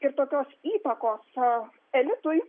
ir tokios įtakos elitui